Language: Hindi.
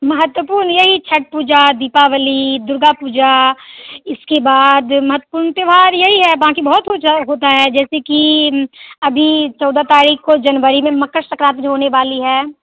महत्वपूर्ण यही छठ पूजा दीपावली दुर्गा पूजा इसके बाद महत्वपूर्ण त्योहार यही है बाकी बहुत कुछ होता है जैसे कि अभी चौदह तारीख को जनवरी में मकर संक्रांति होने वाली है